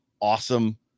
awesome